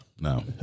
No